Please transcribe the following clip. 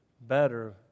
better